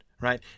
Right